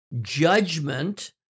judgment